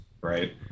right